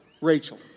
Rachel